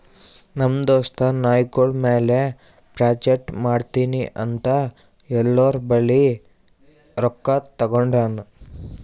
ನಮ್ ದೋಸ್ತ ನಾಯ್ಗೊಳ್ ಮ್ಯಾಲ ಪ್ರಾಜೆಕ್ಟ್ ಮಾಡ್ತೀನಿ ಅಂತ್ ಎಲ್ಲೋರ್ ಬಲ್ಲಿ ರೊಕ್ಕಾ ತಗೊಂಡಾನ್